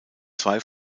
zwei